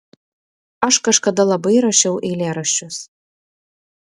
aš kažkada labai rašiau eilėraščius